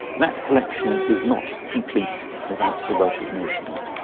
that collection is not complete without the wealth of nations.